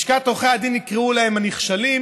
לשכת עורכי הדין יקראו להם הנכשלים,